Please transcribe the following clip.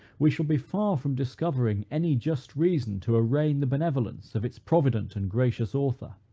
we shall be far from discovering any just reason to arraign the benevolence of its provident and gracious author.